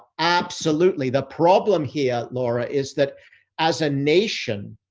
absolutely. the problem here, laura is that as a nation,